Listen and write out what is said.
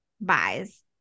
buys